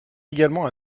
également